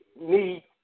need